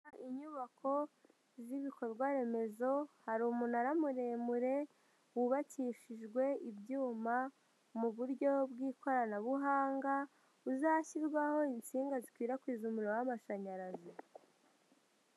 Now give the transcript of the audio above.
Inyubako z'ibikorwa remezo, hari umunara muremure wubakishijwe ibyuma mu buryo bw'ikoranabuhanga, buzashyirwaho insinga zikwirakwiza umuriro w'amashanyarazi.